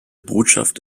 botschaft